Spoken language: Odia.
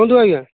କୁହନ୍ତୁ ଆଜ୍ଞା